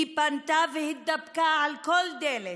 היא פנתה והתדפקה על כל דלת,